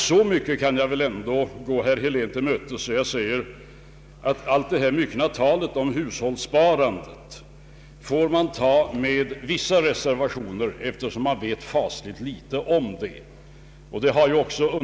Så mycket kan jag ändå gå herr Helén till mötes att jag säger, att man får ta det myckna talet om hushållssparandet med vissa reservationer, eftersom man vet fasligt litet om det.